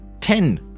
Ten